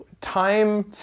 time